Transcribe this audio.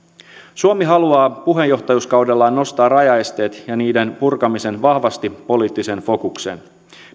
suomi haluaa puheenjohtajuuskaudellaan nostaa rajaesteet ja niiden purkamisen vahvasti poliittiseen fokukseen